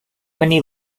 many